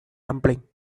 rumbling